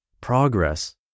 progress